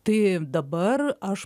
tai dabar aš